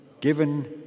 given